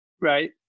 right